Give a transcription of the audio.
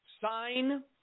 sign